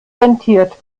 rentiert